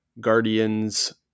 Guardians